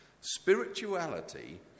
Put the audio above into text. Spirituality